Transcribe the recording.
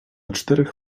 czterech